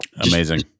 Amazing